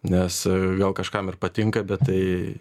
nes gal kažkam ir patinka bet tai